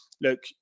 look